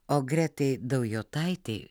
o gretai daujotaitei